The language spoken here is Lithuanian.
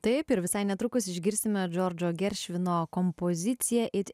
taip ir visai netrukus išgirsime džordžo geršvino kompoziciją it